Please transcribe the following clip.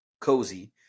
cozy